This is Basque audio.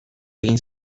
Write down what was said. egin